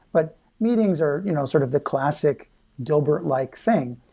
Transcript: but meetings are you know sort of the classic dilbert-like thing,